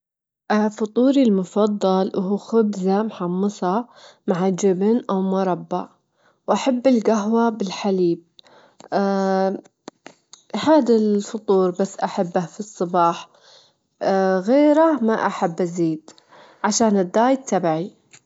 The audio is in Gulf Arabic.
زرت باريس وكان متل ما توقعت، المدينة كانت مليانة ثقافة، واستمتعت بزيارة معالمها، وأكتر شي عجبني ومتل ما توقعته؛ معلم برج إيفل ومتحف اللوفر، مرة يميل، مرة جميل.